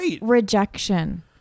rejection